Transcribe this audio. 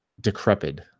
decrepit